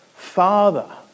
father